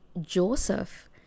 Joseph